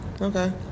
Okay